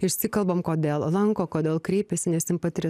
išsikalbam kodėl lanko kodėl kreipiasi nesim patiria